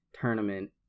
tournament